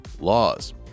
laws